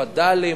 וד"לים,